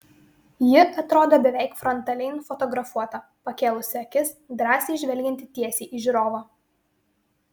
ji atrodo beveik frontaliai nufotografuota pakėlusi akis drąsiai žvelgianti tiesiai į žiūrovą